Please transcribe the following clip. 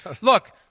look